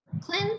cleanse